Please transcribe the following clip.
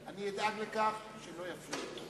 אני אדאג לכך שלא יפריעו לך.